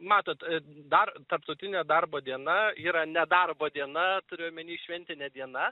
matot dar tarptautinė darbo diena yra nedarbo diena turiu omeny šventinė diena